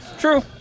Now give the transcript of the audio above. True